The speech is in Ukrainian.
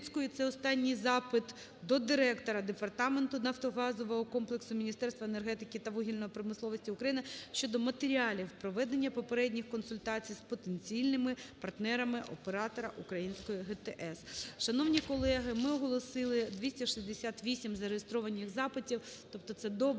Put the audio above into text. це останній запит – до директора департаменту нафтогазового комплексу Міністерства енергетики та вугільної промисловості України щодо матеріалів проведення попередніх консультацій з потенціальними партнерами оператора української ГТС. Шановні колеги, ми оголосили 268 зареєстрованих запитів, тобто це добре,